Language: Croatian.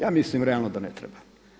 Ja mislim realno da ne treba.